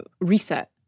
reset